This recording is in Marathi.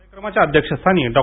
कार्यक्रमाच्या अध्यक्षस्थानी डॉ